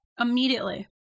immediately